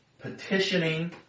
Petitioning